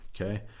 Okay